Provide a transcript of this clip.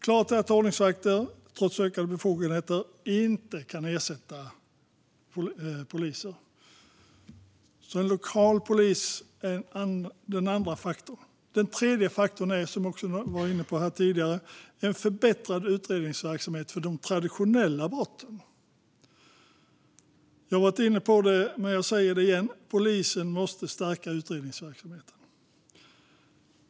Klart är att ordningsvakter, trots ökade befogenheter, inte kan ersätta poliser. Den tredje komponenten, som vi har varit inne på tidigare, är en förbättrad utredningsverksamhet för traditionella brott. Jag har varit inne på det, men jag säger det igen: Polisen måste stärka utredningsverksamheten.